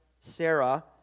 Sarah